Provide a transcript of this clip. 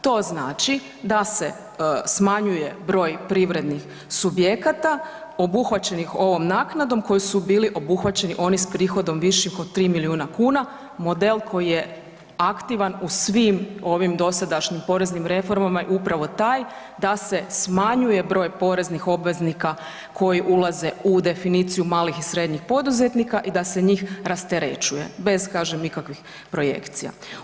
To znači da se smanjuje broj privrednih subjekata obuhvaćenih ovom naknadom koji su bili obuhvaćeni s prihodom viših od 3 milijuna kuna, model koji je aktivan u svim ovim dosadašnjim poreznim reformama je upravo taj da se smanjuje broj poreznih obveznika koji ulaze u definiciju malih i srednjih poduzetnika i da se njih rasterećuje, bez kažem, ikakvih projekcija.